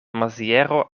maziero